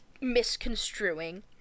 misconstruing